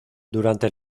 durante